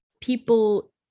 people